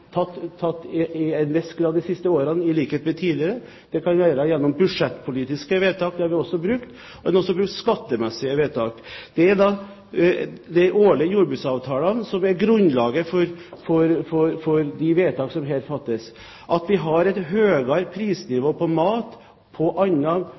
tatt i bruk til en viss grad de siste årene, i likhet med tidligere. Det kan være gjennom budsjettpolitiske vedtak – det har vi også brukt – og vi har også brukt skattemessige vedtak. Det er de årlige jordbruksavtalene som er grunnlaget for de vedtak som her fattes. At vi har et